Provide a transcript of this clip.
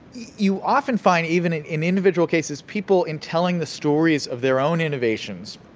you often find, even in in individual cases, people in telling the stories of their own innovations,